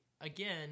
again